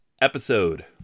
episode